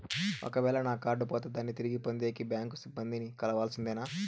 ఒక వేల నా కార్డు పోతే దాన్ని తిరిగి పొందేకి, బ్యాంకు సిబ్బంది ని కలవాల్సిందేనా?